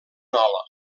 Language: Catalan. nola